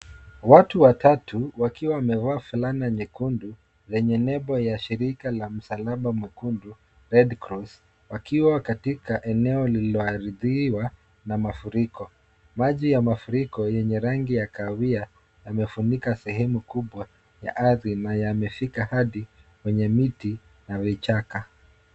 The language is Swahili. Watu watatu wakiwa wamevaa fulana nyekundu yenye nembo la shirika la msalaba mwekundu red cross wakiwa katika eneo lililo haribiwa na mafuriko. Maji ya mafuriko yenye rangi ya kahawia yamefunika sehemu kubwa ya ardhi na yamefika adi kwenye miti na vichaka.